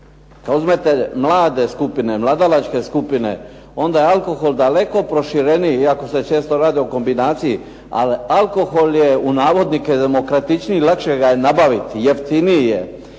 Uzmite mlade skupine, mladalačke skupine onda je alkohol daleko proširenije iako se često radi o kombinaciji. Ali alkohol je u navodnike demokratičniji, lakše ga je nabaviti, jeftiniji je